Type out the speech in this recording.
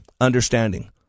Understanding